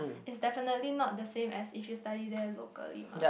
it's definitely not the same as if you study there locally mah